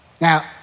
Now